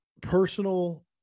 personal